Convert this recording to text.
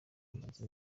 amaze